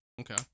Okay